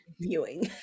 viewing